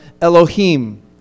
Elohim